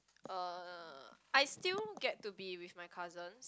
uh I still get to be with my cousins